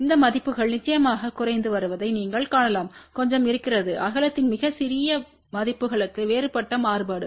இந்த மதிப்புகள் நிச்சயமாக குறைந்து வருவதை நீங்கள் காணலாம் கொஞ்சம் இருக்கிறது அகலத்தின் மிகச் சிறிய மதிப்புகளுக்கு வேறுபட்ட மாறுபாடு